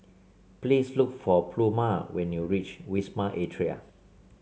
please look for Pluma when you reach Wisma Atria